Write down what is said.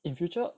in future